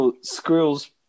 Squirrels